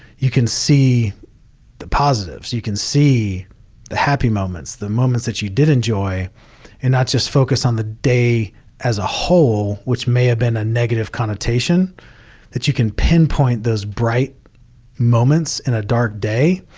you can see the positives. you can see the happy moments, the moments that you did enjoy and not just focus on the day as a whole, which may have been a negative connotation that you can pinpoint those bright moments and a dark day.